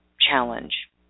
challenge